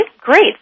great